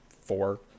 four